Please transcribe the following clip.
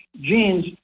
genes